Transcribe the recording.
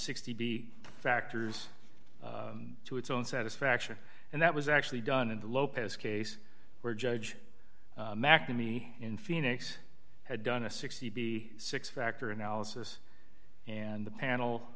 sixty be factors to its own satisfaction and that was actually done in the lopez case where judge mcnamee in phoenix had done a sixty b six factor analysis and the panel